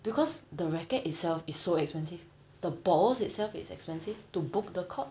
because the racket itself is so expensive the balls itself is expensive to book the court